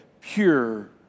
pure